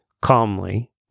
calmly